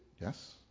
Yes